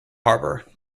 harbor